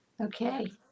Okay